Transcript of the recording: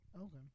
Okay